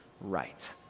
right